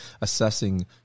assessing